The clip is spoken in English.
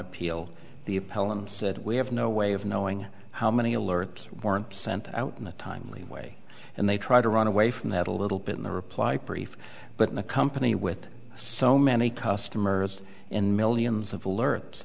appeal the appellate and said we have no way of knowing how many alerts were sent out in a timely way and they tried to run away from that a little bit in the reply brief but in a company with so many customers and millions of alert